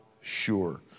sure